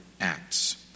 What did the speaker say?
acts